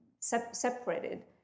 separated